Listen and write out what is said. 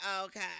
okay